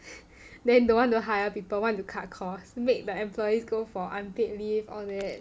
then don't want to hire people want to cut costs made the employees go for unpaid leave all that